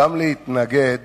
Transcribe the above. גם להתנגד